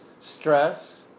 stress